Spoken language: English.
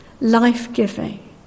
life-giving